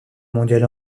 mondial